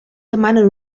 demanen